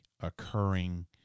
occurring